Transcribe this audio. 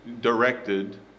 directed